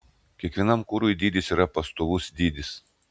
kiekvienam kurui dydis yra pastovus dydis